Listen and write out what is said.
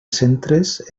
centres